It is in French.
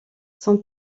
son